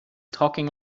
talking